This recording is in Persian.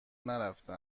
نرفته